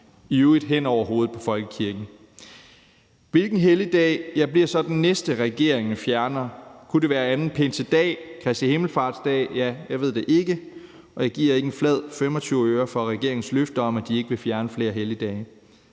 i øvrigt hen over hovedet på folkekirken. Hvilken helligdag bliver så den næste regeringen fjerner? Kunne det være anden pinsedag, Kristi himmelfartsdag? Ja, jeg ved det ikke, og jeg giver ikke en flad femogtyveøre for regeringens løfte om, at de ikke vil fjerne flere helligdage.